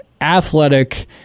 athletic